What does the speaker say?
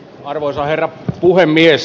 arvoisa herra puhemies